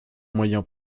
moyen